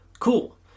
Cool